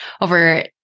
over